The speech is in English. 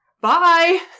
bye